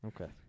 Okay